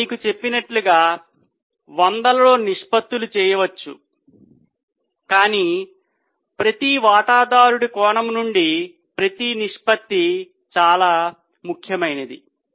నేను మీకు చెప్పినట్లుగా వందలలో నిష్పత్తులను లెక్కించవచ్చు కాని ప్రతి వాటాదారుడి కోణం నుండి ప్రతి నిష్పత్తి చాలా ముఖ్యమైనది